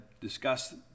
discuss